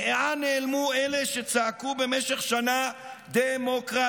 לאן נעלמו אלה שצעקו במשך שנה "דמוקרטיה"?